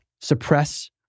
suppress